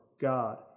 God